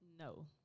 No